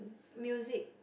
music